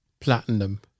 platinum